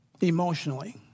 Emotionally